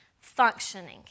functioning